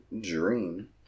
Dream